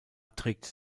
trägt